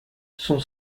son